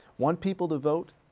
want people to vote?